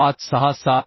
1